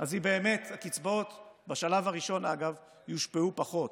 אז באמת, הקצבאות, בשלב הראשון אגב, יושפעו פחות,